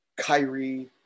Kyrie